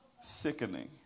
sickening